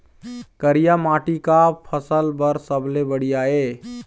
करिया माटी का फसल बर सबले बढ़िया ये?